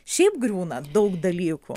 šiaip griūna daug dalykų